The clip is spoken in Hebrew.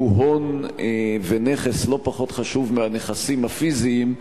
הוא הון ונכס לא פחות חשוב מהנכסים הפיזיים,